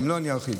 אם לא, אני ארחיב.